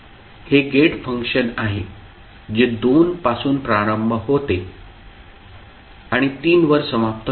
हे gate function आहे जे दोनपासून प्रारंभ होते आणि तीनवर समाप्त होते